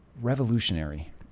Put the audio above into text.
Revolutionary